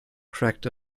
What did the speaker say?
cracked